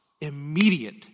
immediate